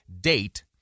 date